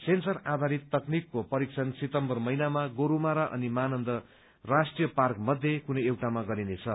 sensor आधारित तकनिकको परीक्षण सितम्बर महिनामा गोरूमारा अनि महानन्दा राष्ट्रीय पार्क मध्ये कुनै एउटामा गरिनेछ